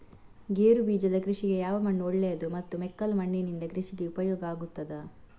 ಗೇರುಬೀಜದ ಕೃಷಿಗೆ ಯಾವ ಮಣ್ಣು ಒಳ್ಳೆಯದು ಮತ್ತು ಮೆಕ್ಕಲು ಮಣ್ಣಿನಿಂದ ಕೃಷಿಗೆ ಉಪಯೋಗ ಆಗುತ್ತದಾ?